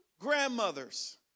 grandmothers